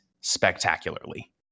spectacularly